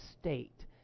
state